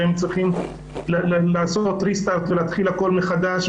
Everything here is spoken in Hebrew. והם צריכים לעשות רה-סטארט ולהתחיל הכול מחדש,